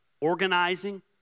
organizing